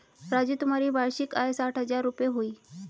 राजू तुम्हारी वार्षिक आय साठ हज़ार रूपय हुई